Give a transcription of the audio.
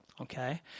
Okay